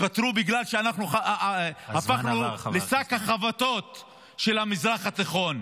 תתפטרו בגלל שעברנו להיות שק החבטות של המזרח התיכון: